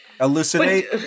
elucidate